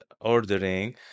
ordering